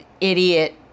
idiot